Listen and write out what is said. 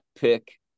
pick